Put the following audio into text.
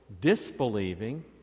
disbelieving